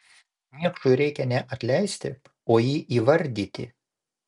niekšui reikia ne atleisti o jį įvardyti